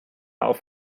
auf